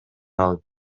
алып